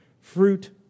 Fruit